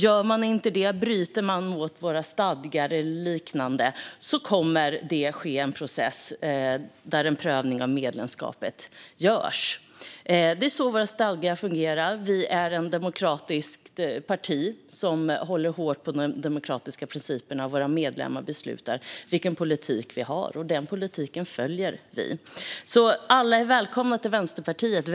Om man inte gör det, om man bryter mot våra stadgar eller liknande, kommer det att ske en process med en prövning av medlemskapet. Det är så våra stadgar fungerar. Vi är ett demokratiskt parti som håller hårt på de demokratiska principerna. Våra medlemmar beslutar vilken politik vi har, och den politiken följer vi. Alla är välkomna till Vänsterpartiet.